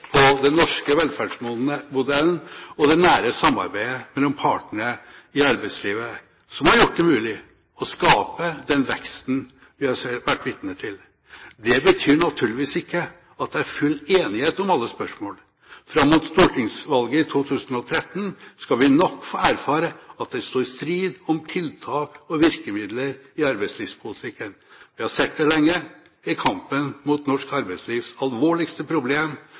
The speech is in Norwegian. den norske velferdsmodellen og det nære samarbeidet mellom partene i arbeidslivet, som har gjort det mulig å skape den veksten vi har vært vitne til. Det betyr naturligvis ikke at det er full enighet om alle spørsmål. Fram mot stortingsvalget i 2013 skal vi nok få erfare at det står strid om tiltak og virkemidler i arbeidslivspolitikken. Vi har sett det lenge i kampen mot norsk arbeidslivs alvorligste problem,